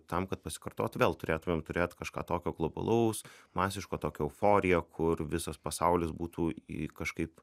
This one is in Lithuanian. tam kad pasikartotų vėl turėtumėm turėt kažką tokio globalaus masiško tokią euforiją kur visas pasaulis būtų į kažkaip